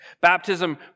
Baptism